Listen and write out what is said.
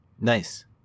Nice